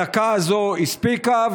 הדקה הזאת הספיקה,